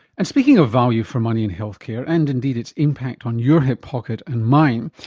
and speaking of value for money in health care, and indeed its impact on your hip pocket and mine,